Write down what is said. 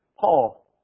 Paul